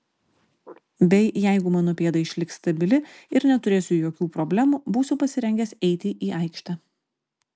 bei jeigu mano pėda išliks stabili ir neturėsiu jokių problemų būsiu pasirengęs eiti į aikštę